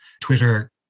Twitter